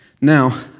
Now